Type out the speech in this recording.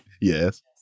Yes